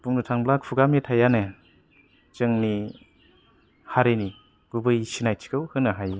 बुंनो थाङोब्ला खुगा मेथाइ आनो जोंनि हारिनि गुबै सिनायथिखौ होनो हायो